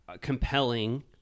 compelling